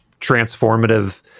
transformative